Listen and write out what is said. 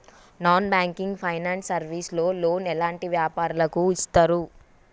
Non banking finance service లో loan ఎలాంటి వ్యాపారులకు ఇస్తరు?